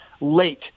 late